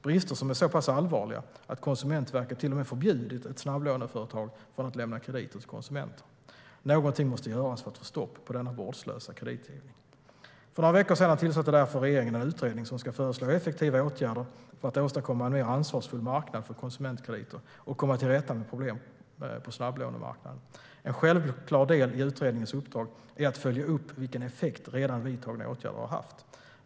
Bristerna är så pass allvarliga att Konsumentverket till och med har förbjudit ett snabblåneföretag att lämna krediter till konsumenter. Någonting måste göras för att få stopp på denna vårdslösa kreditgivning. För några veckor sedan tillsatte därför regeringen en utredning som ska föreslå effektiva åtgärder för att åstadkomma en mer ansvarsfull marknad för konsumentkrediter och komma till rätta med problem på snabblånemarknaden. En självklar del i utredningens uppdrag är att följa upp vilken effekt redan vidtagna åtgärder har haft.